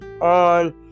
on